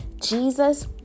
Jesus